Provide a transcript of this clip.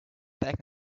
back